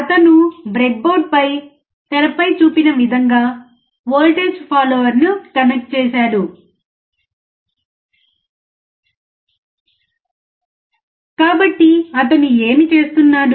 అతను బ్రెడ్బోర్డుపై తెరపై చూపిన విధంగా వోల్టేజ్ ఫాలోయర్ ని కనెక్ట్ చేస్తాడు కాబట్టి అతను ఏమి చేస్తున్నాడు